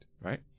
right